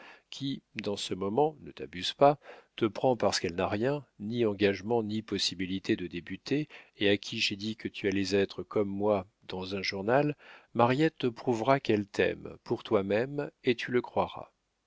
qui dans ce moment ne t'abuse pas te prend parce qu'elle n'a rien ni engagement ni possibilité de débuter et à qui j'ai dit que tu allais être comme moi dans un journal mariette te prouvera qu'elle t'aime pour toi-même et tu le croiras